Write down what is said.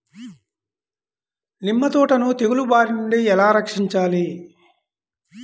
నిమ్మ తోటను తెగులు బారి నుండి ఎలా రక్షించాలి?